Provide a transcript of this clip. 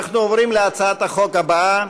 אנחנו עוברים להצעת החוק הבאה,